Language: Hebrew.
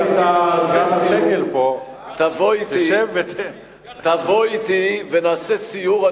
תבוא אתי ונעשה סיור.